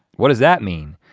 what does that mean?